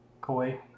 Koi